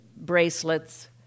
bracelets